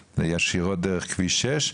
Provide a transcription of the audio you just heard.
דרך כביש 6,